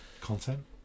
Content